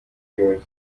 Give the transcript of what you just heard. cures